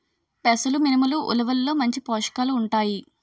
పెసలు మినుములు ఉలవల్లో మంచి పోషకాలు ఉంటాయి